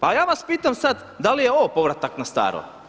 Pa ja vas pitam sad da li je ovo povratak na staro?